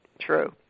True